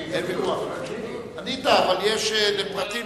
אדוני, עניתי, אני מוכן לענות שוב.